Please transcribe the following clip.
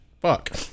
fuck